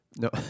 No